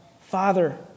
Father